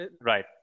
Right